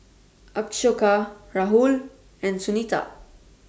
Ashoka Rahul and Sunita